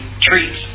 treats